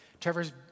Trevor's